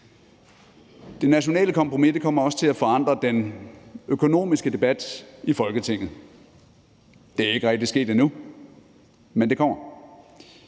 Det nationale kompromis kommer også til at forandre den økonomiske debat i Folketinget. Det er ikke rigtig sket endnu, men det kommer.